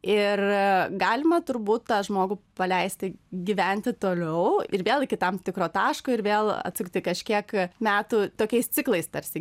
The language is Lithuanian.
ir galima turbūt tą žmogų paleisti gyventi toliau ir vėl iki tam tikro taško ir vėl atsukti kažkiek metų tokiais ciklais tarsi